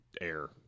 Air